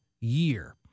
year